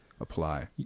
apply